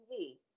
TV